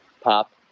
pop